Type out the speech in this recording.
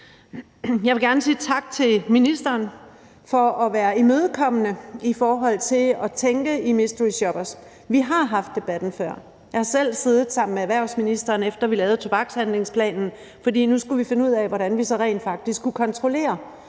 Jeg vil gerne sige tak til ministeren for at være imødekommende i forhold til at tænke i mysteryshoppere. Vi har haft debatten før, og jeg har selv siddet sammen med erhvervsministeren, efter at vi lavede tobakshandlingsplanen, fordi vi skulle finde ud af, hvordan vi så rent faktisk kunne kontrollere,